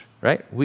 right